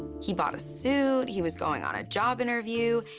he bought a suit, he was going on a job interview,